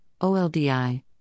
OLDI